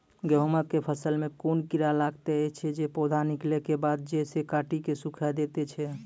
गेहूँमक फसल मे कून कीड़ा लागतै ऐछि जे पौधा निकलै केबाद जैर सऽ काटि कऽ सूखे दैति छै?